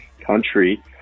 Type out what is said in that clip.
country